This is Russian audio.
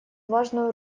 важную